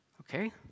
Okay